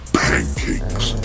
pancakes